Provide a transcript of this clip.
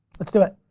let's do it.